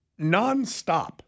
Nonstop